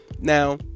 Now